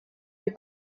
des